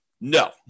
No